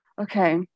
Okay